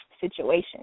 situation